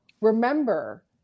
remember